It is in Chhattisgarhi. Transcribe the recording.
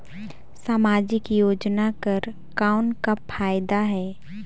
समाजिक योजना कर कौन का फायदा है?